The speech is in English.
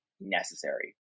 necessary